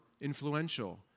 influential